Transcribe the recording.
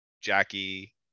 Jackie